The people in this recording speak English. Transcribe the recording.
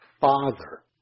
Father